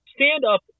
stand-up